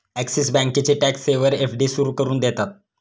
axis बँकेचे tax saver FD सुरू करून देतात